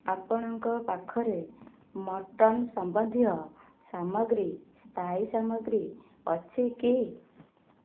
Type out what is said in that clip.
ଆପଣଙ୍କ ପାଖରେ ମଟନ୍ ସମ୍ବନ୍ଧୀୟ ସାମଗ୍ରୀ ସ୍ତାୟୀ ସାମଗ୍ରୀ ଅଛି କି